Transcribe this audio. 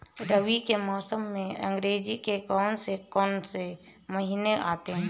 रबी के मौसम में अंग्रेज़ी के कौन कौनसे महीने आते हैं?